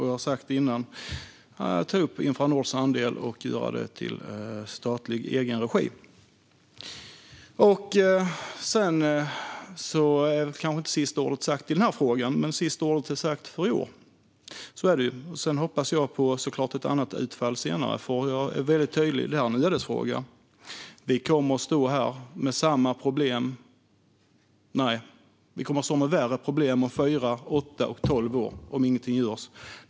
Jag har sagt det innan. Det handlar om att vi vill ta över Infranords andel i statlig egenregi. Sedan är kanske inte det sista ordet sagt i den här frågan, men det sista ordet är sagt för i år. Men jag hoppas såklart på ett annat utfall senare. Jag är väldigt tydlig: Detta är en ödesfråga. Vi kommer att stå här med samma problem - nej, med värre problem! - om fyra, åtta eller tolv år om ingenting görs.